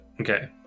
okay